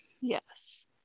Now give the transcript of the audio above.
Yes